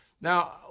Now